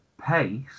pace